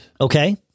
Okay